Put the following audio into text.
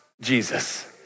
Jesus